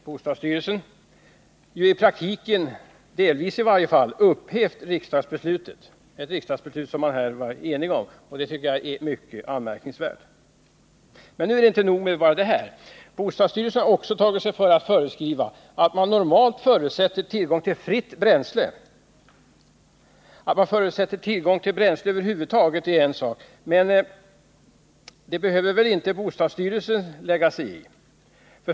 Bostadsstyrelsen har ju i praktiken, i varje fall delvis, upphävt ett enigt riksdagsbeslut, och detta tycker jag är mycket anmärkningsvärt. Men det är inte nog med detta. Bostadsstyrelsen har också tagit sig för att föreskriva att man normalt förutsätter tillgång till fritt bränsle. Att man förutsätter tillgång till bränsle över huvud taget är en sak, men det behöver väl inte bostadsstyrelsen lägga sig i.